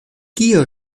kio